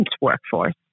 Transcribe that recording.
workforce